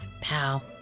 pal